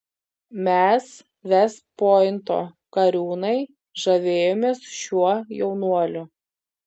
mes vest pointo kariūnai žavėjomės šiuo jaunuoliu